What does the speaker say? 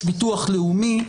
יש ביטוח לאומי,